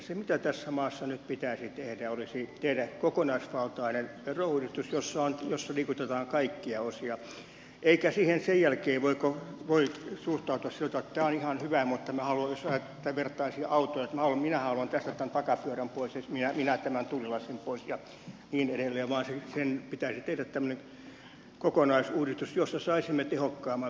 se mitä tässä maassa nyt pitäisi tehdä olisi tehdä kokonaisvaltainen verouudistus jossa liikutetaan kaikkia osia eikä siihen sen jälkeen voi suhtautua sillä tavalla että tämä on ihan hyvä mutta minä jos vähän vertaisin tätä autoon haluan tästä tämän takapyörän pois ja minä tämän tuulilasin pois ja niin edelleen vaan pitäisi tehdä tämmöinen kokonaisuudistus jossa saisimme tehokkaamman veron